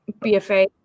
BFA